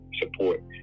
support